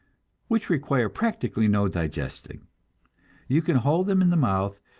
which require practically no digesting you can hold them in the mouth,